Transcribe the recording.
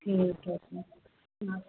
ठीक है सर हाँ